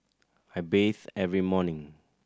I bathe every morning